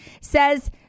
says